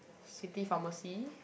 city pharmacy